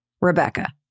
Rebecca